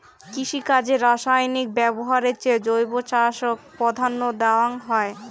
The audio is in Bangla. কৃষিকাজে রাসায়নিক ব্যবহারের চেয়ে জৈব চাষক প্রাধান্য দেওয়াং হই